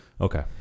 Okay